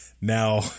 Now